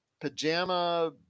pajama